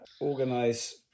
organise